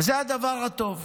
וזה הדבר הטוב.